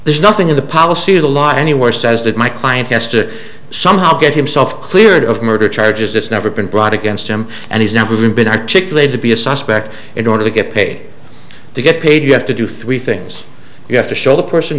there's nothing in the policy to live anywhere says that my client has to somehow get himself cleared of murder charges it's never been brought against him and he's never even been articulate to be a suspect in order to get paid to get paid you have to do three things you have to show the person